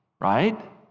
right